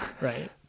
right